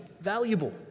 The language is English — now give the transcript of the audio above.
valuable